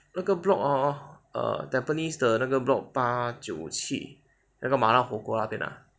那个 block hor tampines 的那个 block 八九七那个麻辣火锅那边啊